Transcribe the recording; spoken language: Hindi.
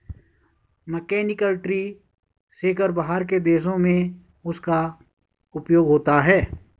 मैकेनिकल ट्री शेकर बाहर के देशों में उसका उपयोग होता है